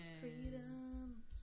Freedom